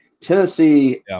Tennessee